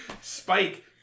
Spike